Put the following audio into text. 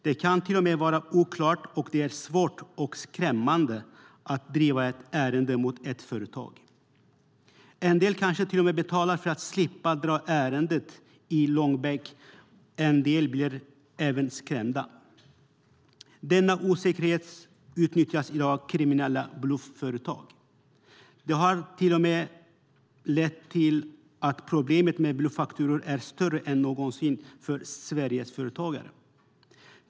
Det kan till och med vara så oklart att det är svårt och skrämmande att driva ett ärende mot ett företag. En del kanske till och med betalar för att slippa dra ärendet i långbänk, och en del blir även skrämda. Denna osäkerhet utnyttjas i dag av kriminella blufföretag. Det har lett till att problemet med bluffakturor är större än någonsin för Sveriges företagare.